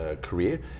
career